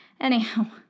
Anyhow